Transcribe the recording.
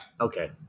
okay